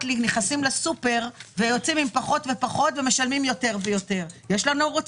לי שכשנכנסים לסופר משלמים יותר ויותר אבל יוצאים עם פחות ופחות,